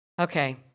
Okay